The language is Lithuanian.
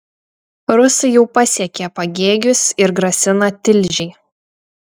rusai jau pasiekė pagėgius ir grasina tilžei